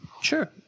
Sure